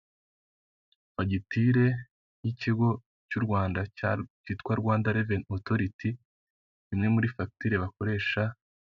Fagitire y'ikigo cy'u Rwanda cyitwa Rwanda reveni otoriti, imwe muri fagitire bakoresha...